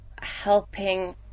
helping